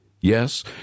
Yes